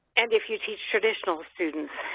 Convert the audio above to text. and if you teach traditional students,